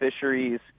fisheries